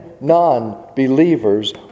non-believers